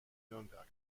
nürnberg